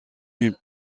une